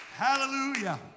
Hallelujah